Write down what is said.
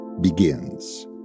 begins